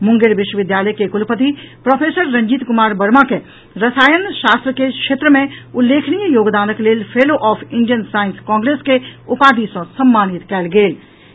मुंगेर विश्वविद्यालय के कुलपति प्रोफेसर रंजीत कुमार वर्मा के रसायन शास्त्र के क्षेत्र मे उल्लेखनीय योगदानक लेल fellow of Indian Science Congress के उपाधि सॅ सम्मानित कयल गेल अछि